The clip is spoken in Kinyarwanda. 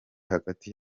hagati